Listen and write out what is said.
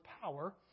power